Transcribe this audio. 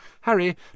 Harry